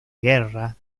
guerra